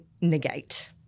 negate